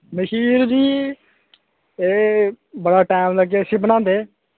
मखीर जी एह् बड़ा टैम लग्गेआ इस्सी बनादे